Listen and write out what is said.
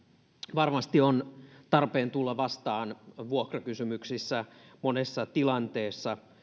varmasti on tarpeen tulla vastaan vuokrakysymyksissä monessa tilanteessa